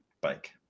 bike